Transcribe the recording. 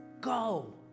go